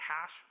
cash